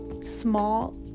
small